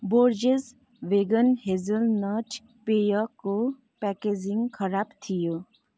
Borges vegan hazelnut पेयको packaging खराब थियो